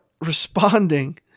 responding